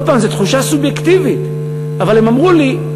עוד פעם, זו תחושה סובייקטיבית, אבל הם אמרו לי: